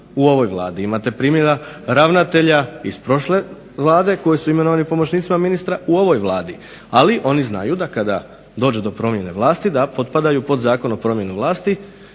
u ovoj Vladi. Imate primjera ravnatelja iz prošle Vlada koji su imenovani pomoćnicima ministra u ovoj Vladi. Ali oni znaju da kada dođe do promjene vlasti da potpadaju pod Zakon o promjeni vlasti.